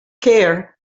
care